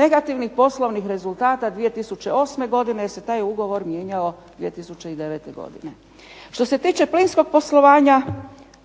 negativnih poslovnih rezultata 2008. godine, jer se taj ugovor mijenjao 2009. godine. Što se tiče plinskog poslovanja